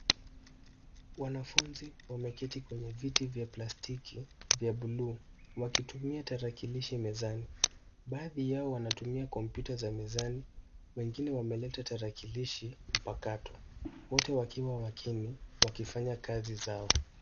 Wanafunzi wameketi kwenye viti vya plastiki vya bluu, wakitumia tarakilishi mezani baadhi yao wanatumia kompyuta za mezani na wengine wameleta tarakilishi mpakato , wote wakiwa makini wakifanya kazi zao.